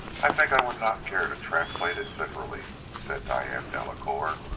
i think i would not care to translate it literally, said diane delacouer,